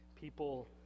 people